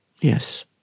Yes